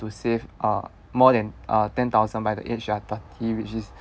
to save uh more than uh ten thousand by the age you are thirty which is